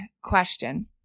question